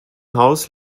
haus